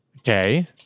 Okay